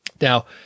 Now